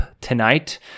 tonight